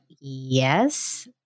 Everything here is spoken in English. yes